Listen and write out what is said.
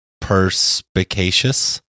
perspicacious